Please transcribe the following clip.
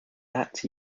that